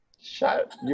Shut